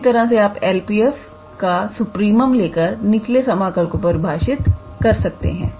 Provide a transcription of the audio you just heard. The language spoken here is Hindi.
इसी तरह से आप LPf का सुप्रीममम लेकर निचले समाकल को परिभाषित कर सकते हैं